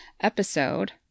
episode